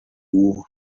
who